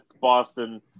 Boston